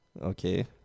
Okay